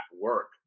work